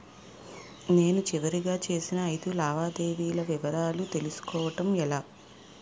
నేను చివరిగా చేసిన ఐదు లావాదేవీల వివరాలు తెలుసుకోవటం ఎలా?